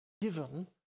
given